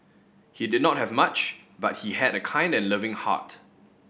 he did not have much but he had a kind and loving heart